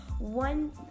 one